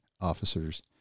officers